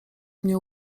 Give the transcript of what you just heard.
mnie